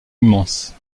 immense